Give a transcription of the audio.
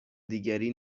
دیگری